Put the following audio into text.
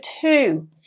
two